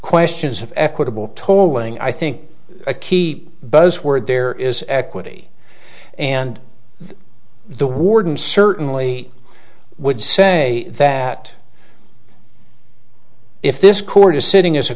questions of equitable tolling i think a key buzzword there is equity and the warden certainly would say that if this court is sitting as a